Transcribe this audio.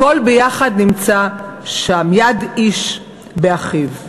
הכול ביחד נמצא שם, יד איש באחיו.